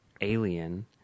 alien